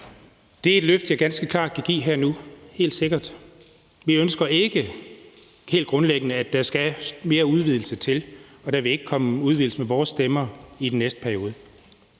Det er et løfte, jeg ganske klart kan give her og nu. Det er helt sikkert. Vi ønsker helt grundlæggende ikke, at der skal mere udvidelse til, og der vil ikke komme en udvidelse med vores stemmer i den næste periode.